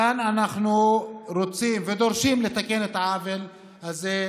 כאן אנחנו רוצים ודורשים לתקן את העוול הזה,